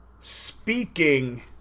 speaking